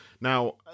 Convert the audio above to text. Now